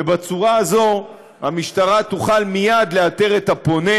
ובצורה הזאת המשטרה תוכל מייד לאתר את הפונה,